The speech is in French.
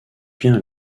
bien